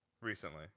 recently